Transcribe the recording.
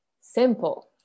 Simple